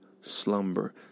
slumber